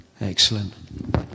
Excellent